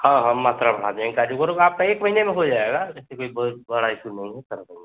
हाँ हम मात्रा बढ़ा देंगे ताकि वो तो आपका एक महीने में हो जायेगा एसे कोई बहुत बड़ा इसु नहीं है करा देंगे हम